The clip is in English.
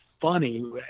funny